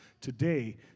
Today